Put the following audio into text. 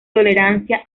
tolerancia